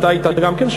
גם אתה היית שם,